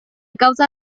causa